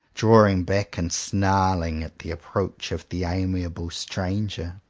drawing back and snarling, at the approach of the amiable stranger?